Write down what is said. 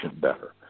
better